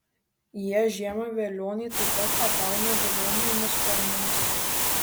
jie žiemą velionį taip pat apauna vilnonėmis kojinėmis